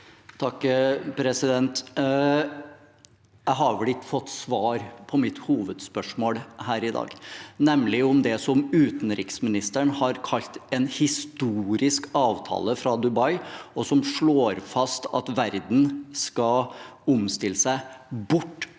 (SV) Jeg har vel ikke fått svar på mitt hovedspørsmål her i dag, nemlig om det utenriksministeren har kalt en historisk avtale fra Dubai, og som slår fast at verden skal omstille seg bort